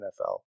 NFL